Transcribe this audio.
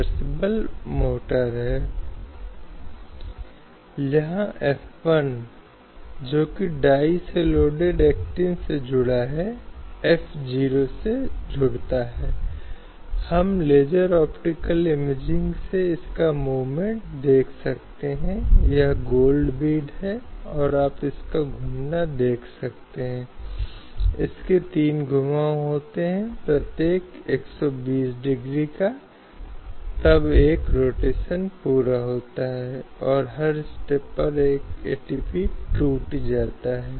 सर्वोच्च न्यायालय ने कई निर्देश सिद्धांतों में पढ़ने की कोशिश की है और इसलिए अप्रत्यक्ष तरीके से इसे मौलिक अधिकारों के दायरे में शामिल करने की कोशिश की जाती है और इस तरह से कारण या राज्य में व्यक्ति की संवैधानिक सुरक्षा की संवैधानिक गारंटी देता है